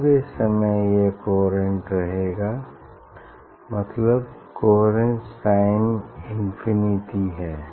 पुरे समय यह कोहेरेंट रहेगा मतलब कोहेरेन्स टाइम इंफिनिटी है